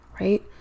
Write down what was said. right